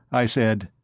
i said.